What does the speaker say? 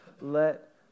let